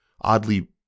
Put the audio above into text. oddly